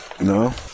No